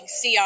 CR